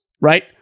right